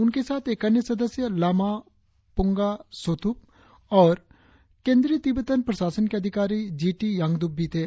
उनके साथ एक अन्य सदस्य लामा पुंगा सोथुप और केंद्रीय तिब्बतन प्रशासन के अधिकारी जी टी यांगद्रप भी थे